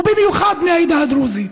ובמיוחד בני העדה הדרוזית.